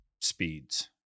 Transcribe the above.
speeds